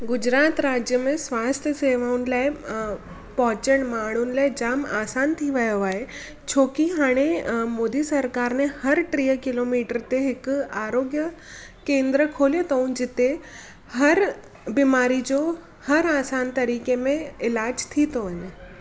गुजरात राज्य में स्वास्थ्य सेवाउनि लाइ पहुचण माण्हुनि लाइ जाम आसानु थी वियो आहे छो की हाणे मोदी सरकारि ने हर टीह किलोमीटर ते हिकु आरोग्य केंद्र खोलियो अथऊं जिते हर बीमारीअ जो हर आसानु तरीक़े में इलाजु थी थो वञे